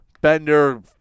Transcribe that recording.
Bender